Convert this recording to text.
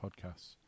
podcasts